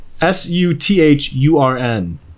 S-U-T-H-U-R-N